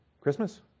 Christmas